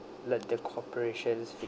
let the corporations